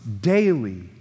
daily